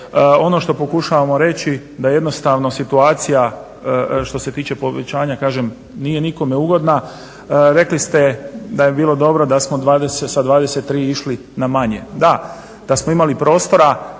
Ono što pokušavamo reći da jednostavno situacija što se tiče povećanja kažem nije nikome ugodna. Rekli ste da bi bilo dobro da smo sa 23 išli na manje, da, da smo imali prostora